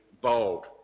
bold